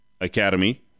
Academy